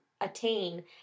attain